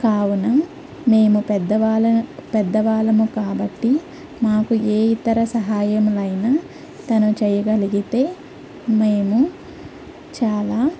కావున మేము పెద్దవాళ్ళ పెద్దవాళ్ళము కాబట్టి మాకు ఏ ఇతర సహాయములైనా తను చేయగలిగితే మేము చాలా